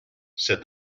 said